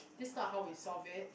this not how we solve it